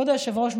כבוד היושב-ראש,